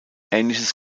ähnliches